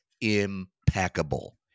impeccable